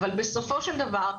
אבל בסופו של דבר,